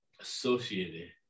associated